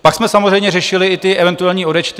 Pak jsme samozřejmě řešili i eventuální odečty.